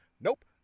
Nope